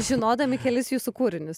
žinodami kelis jūsų kūrinius